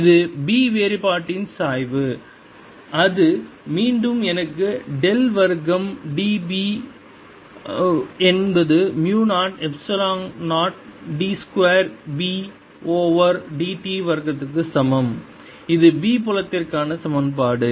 இது B வேறுபாட்டின் சாய்வு அது அது மீண்டும் எனக்கு டெல் வர்க்கம் B என்பது மு 0 எப்சிலான் 0 d 2 B ஓவர் dt வர்க்கம் க்கு சமம் இது B புலத்திற்கான சமன்பாடு